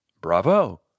Bravo